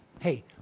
Hey